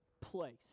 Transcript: place